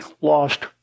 lost